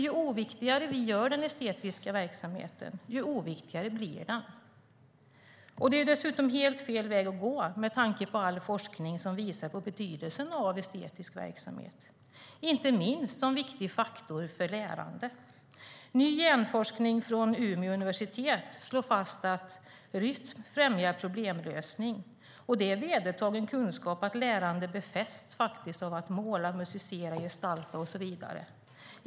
Ju oviktigare vi gör den estetiska verksamheten, desto oviktigare blir den. Det är dessutom helt fel att gå med tanke på all forskning som visar på betydelsen av estetisk verksamhet, inte minst som viktig faktor för lärandet. Ny hjärnforskning från Umeå universitet slår fast att rytm främjar problemlösning, och det är vedertagen kunskap att lärande befästs av att man målar, musicerar, gestaltar och så vidare.